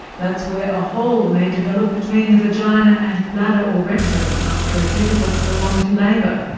that's where a hole may develop between the vagina and bladder or rectum after a difficult prolonged labour.